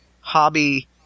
hobby